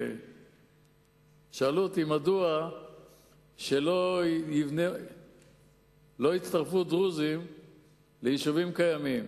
מדוע שלא יצטרפו דרוזים ליישובים קיימים?